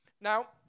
Now